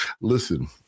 Listen